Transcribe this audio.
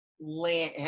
land